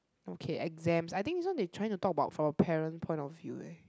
okay exams I think this one is trying to talk about for parent point of view eh